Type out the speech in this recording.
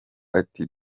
ati